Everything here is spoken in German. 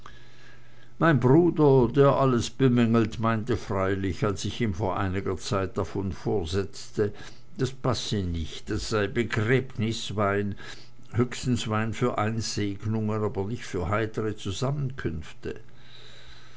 mein bruder der alles bemängelt meinte freilich als ich ihm vor einiger zeit davon vorsetzte das passe nicht das sei begräbniswein höchstens wein für einsegnungen aber nicht für heitere zusammenkünfte